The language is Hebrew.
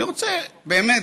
אני רוצה, באמת,